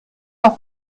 auf